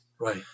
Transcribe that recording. Right